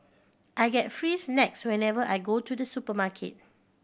I get free snacks whenever I go to the supermarket